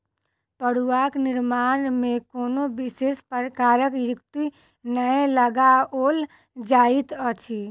फड़ुआक निर्माण मे कोनो विशेष प्रकारक युक्ति नै लगाओल जाइत अछि